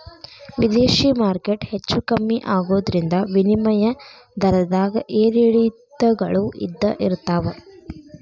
ವಿದೇಶಿ ಮಾರ್ಕೆಟ್ ಹೆಚ್ಚೂ ಕಮ್ಮಿ ಆಗೋದ್ರಿಂದ ವಿನಿಮಯ ದರದ್ದಾಗ ಏರಿಳಿತಗಳು ಇದ್ದ ಇರ್ತಾವ